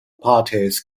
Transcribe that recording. parties